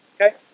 Okay